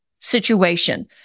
situation